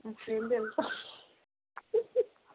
అంత సీన్ లేదు